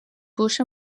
push